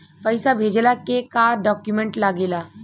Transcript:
पैसा भेजला के का डॉक्यूमेंट लागेला?